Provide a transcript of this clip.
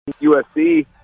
USC